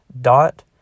dot